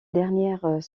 dernières